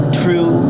true